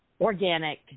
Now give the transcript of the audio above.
organic